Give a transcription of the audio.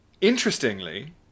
Interestingly